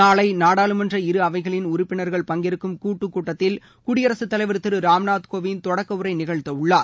நாளை நாடாளுமன்ற இருஅவைகளின் உறுப்பினர்கள் பங்கேற்கும் கூட்டுக்கூட்டத்தில் குடியரகத் தலைவர் திரு ராம்நாத் கோவிந்த் தொடக்க உள்ள நிகழ்த்த உள்ளார்